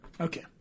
Okay